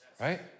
right